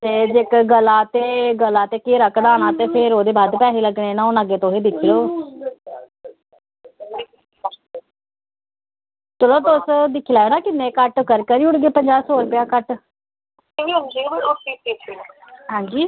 ते जे ते गला ते घेरा कढ़ानां ऐ ते फिर ओ्ह्दे बध्द पैसे लग्गनें कढ़ानां ते तुस दिक्खी लैओ चलो तुस दिक्खी लैयो ना किन्नें घट्ट करी ओड़गे पंजाह् सौ रपेा घट्ट हां जी